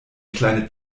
kleine